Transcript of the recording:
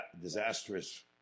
disastrous